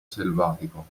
selvatico